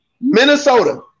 Minnesota